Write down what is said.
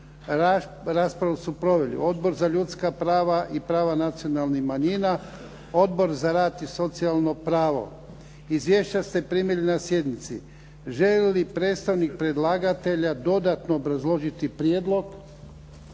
Raspravu su proveli Odbor za ljudska prava i prava nacionalnih manjina, Odbor za rad i socijalno pravo. Izvješća ste primili na sjednici. Želi li predstavnik predlagatelja dodatno obrazložiti prijedlog?